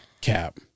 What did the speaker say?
Cap